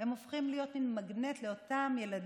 הם הופכים להיות מין מגנט לאותם ילדים,